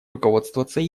руководствоваться